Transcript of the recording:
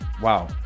Wow